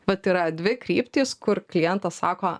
vat yra dvi kryptys kur klientas sako